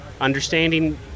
understanding